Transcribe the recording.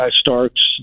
Starks